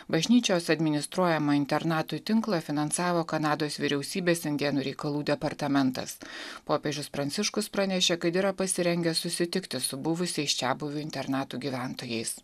bažnyčios administruojamą internatui tinklą finansavo kanados vyriausybės indėnų reikalų departamentas popiežius pranciškus pranešė kad yra pasirengęs susitikti su buvusiais čiabuvių internatų gyventojais